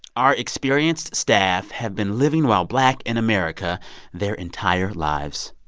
our experienced staff have been living while black in america their entire lives.